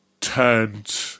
turned